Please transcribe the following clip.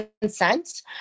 consent